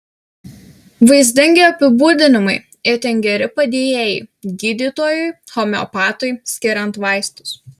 vaizdingi apibūdinimai itin geri padėjėjai gydytojui homeopatui skiriant vaistus